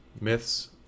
myths